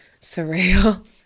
surreal